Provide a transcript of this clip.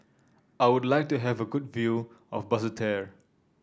I would like to have a good view of Basseterre